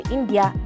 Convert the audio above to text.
India